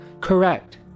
Correct